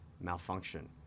malfunction